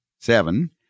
Seven